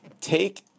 take